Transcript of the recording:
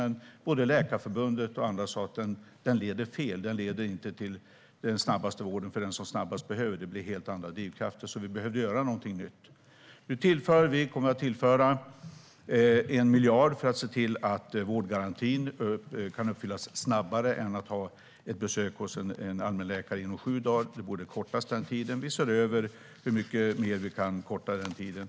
Men både Läkarförbundet och andra sa: Den leder fel. Den leder inte till den snabbaste vården för dem som behöver den. Det blev helt andra drivkrafter, så vi behövde göra någonting nytt. Nu kommer vi att tillföra 1 miljard för att se till att vårdgarantin kan uppfyllas snabbare än att det blir ett besök hos en allmänläkare inom sju dagar. Den tiden borde kortas. Vi ser över hur mycket vi kan korta den tiden.